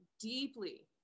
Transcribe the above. deeply